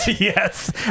yes